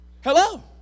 Hello